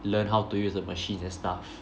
learn how to use the machines and stuff